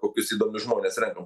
kokius įdomius žmones renkam